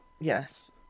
yes